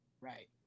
Right